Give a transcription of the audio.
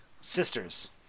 sisters